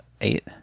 eight